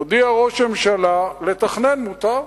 הודיע ראש הממשלה: לתכנן מותר,